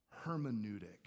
hermeneutic